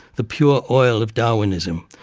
the pure oil of darwinism,